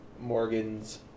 morgan's